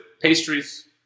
pastries